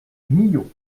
millau